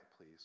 please